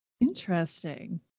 Interesting